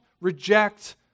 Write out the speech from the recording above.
reject